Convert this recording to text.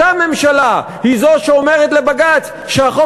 אותה ממשלה היא זו שאומרת לבג"ץ שהחוק